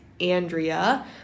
Andrea